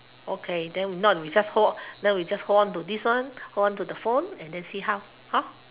okay then we not we just hold then we just hold onto this one hold on to the phone and then we see how hor